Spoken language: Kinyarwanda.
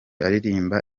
aririmba